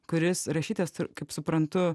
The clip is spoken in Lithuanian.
kuris rašytas kaip suprantu